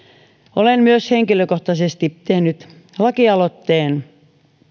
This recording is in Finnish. olen myös henkilökohtaisesti tehnyt lakialoitteen